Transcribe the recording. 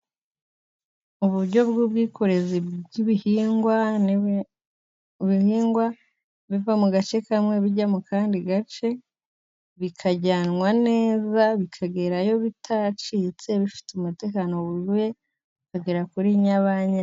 Uburyo bw'ubwikorezi bw'ibihingwa. Ibihingwa biva mu gace kamwe bijya mu kandi gace, bikajyanwa neza bikagerayo bitacitse, bifite umutekano wuzuye bikagera kuri nyirabyo.